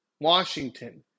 Washington